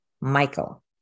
Michael